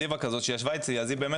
זיוה כזאת שישבה אצלי אז היא באמת